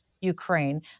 Ukraine